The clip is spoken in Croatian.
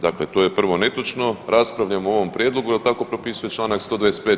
Dakle, to je prvo netočno, raspravljamo o ovom prijedlogu jer tako propisuje Članak 125.